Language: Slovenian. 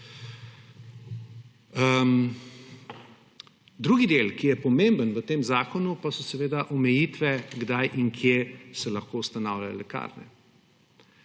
Drugi del, ki je pomemben v tem zakonu, pa so seveda omejitve, kdaj in kje se lahko ustanavljajo lekarne.